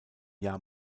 jahr